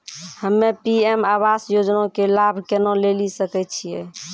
हम्मे पी.एम आवास योजना के लाभ केना लेली सकै छियै?